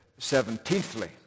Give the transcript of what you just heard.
Seventeenthly